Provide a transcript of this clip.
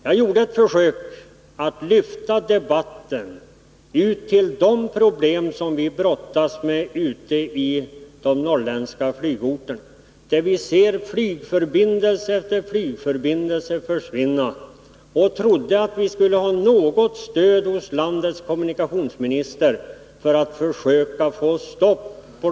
Jag gjorde ett försök att lyfta debatten ut till de problem som vi brottas med i de norrländska flygorterna, där vi ser flygförbindelse efter flygförbindelse försvinna. Jag trodde att vi skulle kunna få något stöd hos landets kommunikationsminister för att vända den utvecklingen.